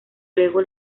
luego